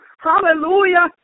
Hallelujah